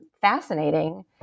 fascinating